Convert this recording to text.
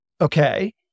Okay